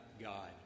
God